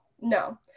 No